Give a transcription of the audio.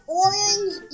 orange